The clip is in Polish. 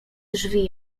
drzwi